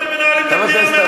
אתה תיתן לי לגמור משפט.